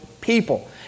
people